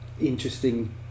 interesting